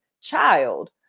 child